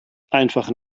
einfach